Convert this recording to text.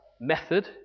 method